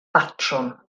batrwm